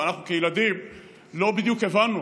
ואנחנו כילדים לא בדיוק הבנו,